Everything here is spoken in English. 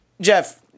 Jeff